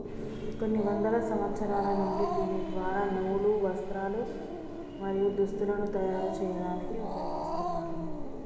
కొన్ని వందల సంవత్సరాల నుండి దీని ద్వార నూలు, వస్త్రాలు, మరియు దుస్తులను తయరు చేయాడానికి ఉపయోగిస్తున్నారు